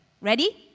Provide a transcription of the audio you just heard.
Ready